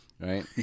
right